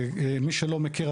מי שלא מכיר,